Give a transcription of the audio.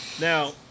Now